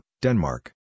Denmark